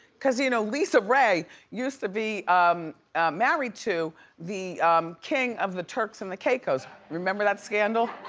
cause you know lisa ray used to be married to the king of the turks and the caicos, remember that scandal?